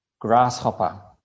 grasshopper